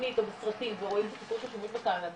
בתוכנית או בסרטים ורואים דברים שקשורים בקנאביס.